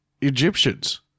Egyptians